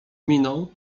miną